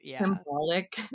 symbolic